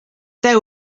there